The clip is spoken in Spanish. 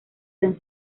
tan